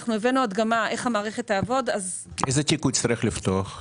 אנחנו הבאנו הדגמה של איך המערכת תעבוד --- איזה תיק הוא יצטרך לפתוח,